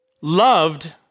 loved